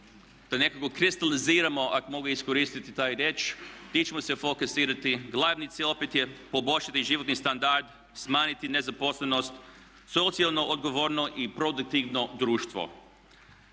da nekako kristaliziramo ako mogu iskoristiti tu riječ, mi ćemo se fokusirati. Glavni cilj opet je poboljšati životni standard, smanjiti nezaposlenost, socijalno odgovorno i produktivno društvo.